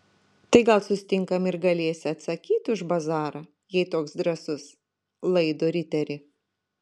tai gal susitinkam ir galėsi atsakyt už bazarą jei toks drąsus laido riteri